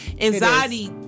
Anxiety